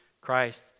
Christ